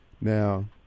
Now